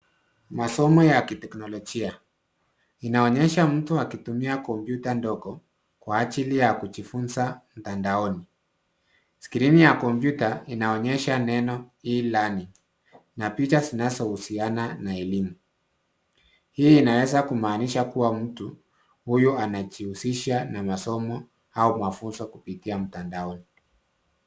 Masomo ya teknolojia, inaonyesha mtu akitumia kompyuta ndogo kwa ajili ya kujifunza mtandaoni. Skrini ya komputa inaonyesha neno E-Learning na picha zinazohusiana na elimu. Hii inaweza kumaanisha kuwa mtu huyo anajihusisha na masomo au mafunzo kupitia mtandaoni.